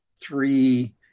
three